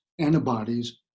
antibodies